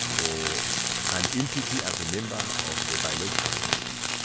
or an entity as a member of the biological species.